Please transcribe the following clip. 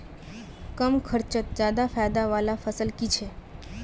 कम खर्चोत ज्यादा फायदा वाला फसल की छे?